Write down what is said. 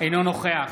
אינו נוכח